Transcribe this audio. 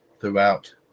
throughout